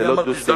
זה לא דו-שיח.